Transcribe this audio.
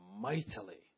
mightily